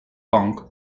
punk